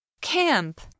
Camp